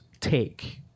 take